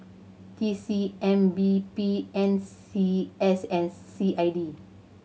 T C M B P N C S and C I D